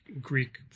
Greek